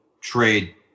trade